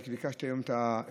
אני ביקשתי היום את הנתונים,